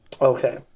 Okay